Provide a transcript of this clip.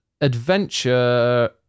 adventure